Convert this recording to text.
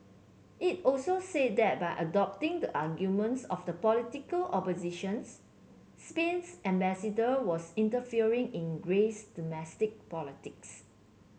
it also said that by adopting the arguments of the political oppositions Spain's ambassador was interfering in Greece domestic politics